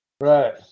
Right